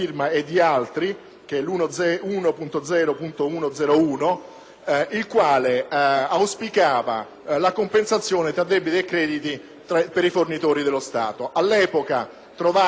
il quale si auspica la compensazione tra debiti e crediti per i fornitori dello Stato. All'epoca trovai nella maggioranza molte persone d'accordo su questo